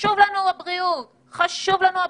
בריאות האזרחים חשובה לנו.